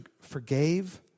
forgave